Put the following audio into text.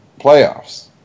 playoffs